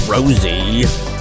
Rosie